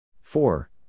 Four